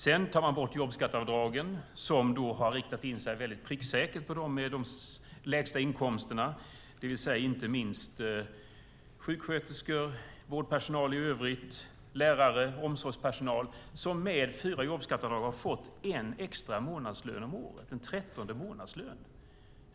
Sedan tar man bort jobbskatteavdragen, som har riktat in sig pricksäkert på dem med de lägsta inkomsterna, det vill säga inte minst sjuksköterskor, vårdpersonal i övrigt, lärare och omsorgspersonal, som med fyra jobbskatteavdrag har fått en extra månadslön om året, en trettonde månadslön.